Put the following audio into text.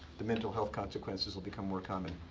the mental health consequences will become more common.